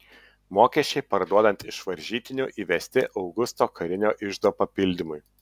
mokesčiai parduodant iš varžytinių įvesti augusto karinio iždo papildymui